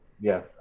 Yes